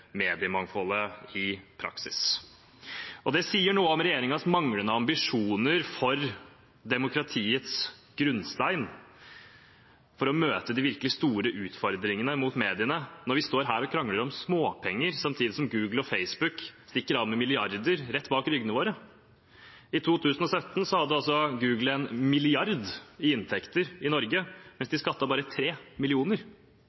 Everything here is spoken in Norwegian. mediemangfoldet i praksis. Det sier noe om regjeringens manglende ambisjoner for demokratiets grunnstein og for å møte de virkelig store utfordringene mot mediene når vi står her og krangler om småpenger samtidig som Google og Facebook stikker av med milliarder rett bak ryggene våre. I 2017 hadde Google 1 mrd. kr i inntekter i Norge, mens